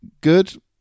Good